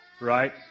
right